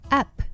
up